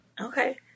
Okay